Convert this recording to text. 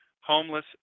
Homeless